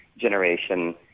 generation